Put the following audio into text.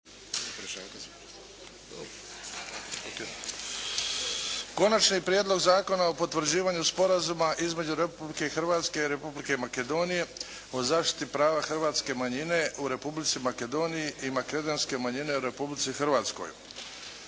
Prijedlogu zakona o potvrđivanju Sporazuma između Republike Hrvatske i Republike Makedoniji o zaštiti prava hrvatske manjine u Republici Makedoniji. Moramo istaknuti da su